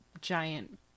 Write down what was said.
giant